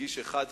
שהגיש אחד,